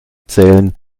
zählen